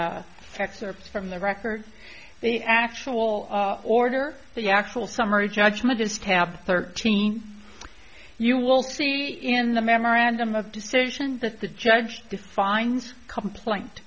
excerpts from the record the actual order the actual summary judgment is tab thirteen you won't see in the memorandum of decision that the judge defines complaint